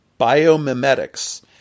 Biomimetics